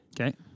Okay